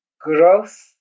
Growth